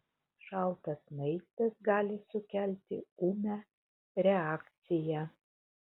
šaltas maistas gali sukelti ūmią reakciją